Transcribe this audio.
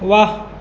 व्वा